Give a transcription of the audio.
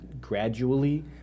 gradually